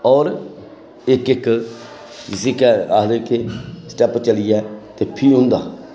होर इक इक जिस्सी केह् आखदे के स्टैप्प चलियै ते फ्ही होंदा